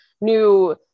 new